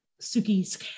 Suki's